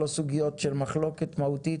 לא סוגיות של מחלוקת מהותית,